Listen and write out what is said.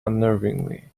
unnervingly